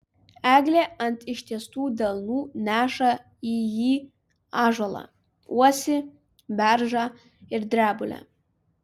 eglė ant ištiestų delnų neša į jį ąžuolą uosį beržą ir drebulę